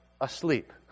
asleep